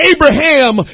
Abraham